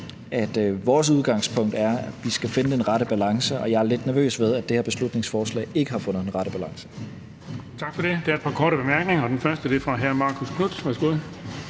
at vores udgangspunkt er, at vi skal finde den rette balance, og jeg er lidt nervøs ved, at det her beslutningsforslag ikke har fundet den rette balance. Kl. 15:11 Den fg. formand (Erling Bonnesen): Tak for det. Der er et par korte bemærkninger. Den første er fra hr. Marcus Knuth. Værsgo.